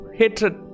hatred